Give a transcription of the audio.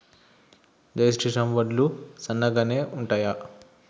జై శ్రీరామ్ వడ్లు సన్నగనె ఉంటయా?